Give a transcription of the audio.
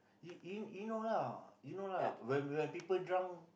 y~ y~ you know lah you know lah when when people drunk